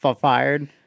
fired